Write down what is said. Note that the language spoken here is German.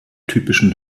typischen